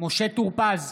משה טור פז,